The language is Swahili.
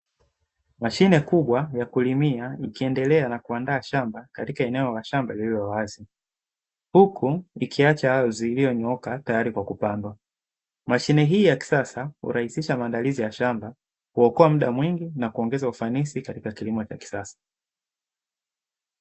Mashine kubwa ya kulimia ikiendelea na kuandaa shamba katika eneo la shamba lililo wazi, huku likiacha ardhi iliyonyooka tayari kwa kupandwa. Mashine hii ya kisasa hurahisisha maandalizi ya shamba, huokoa muda mwingi na kuongeza ufanisi karika kilimo cha kisasa.